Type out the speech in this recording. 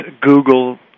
Google